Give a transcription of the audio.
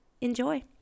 enjoy